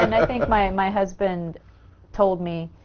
and i think my my husband told me,